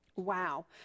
wow